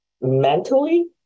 mentally